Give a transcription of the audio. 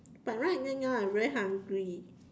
but right right now I very hungry